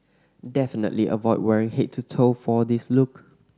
definitely avoid wearing head to toe for this look